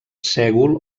sègol